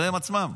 זה הם עצמם.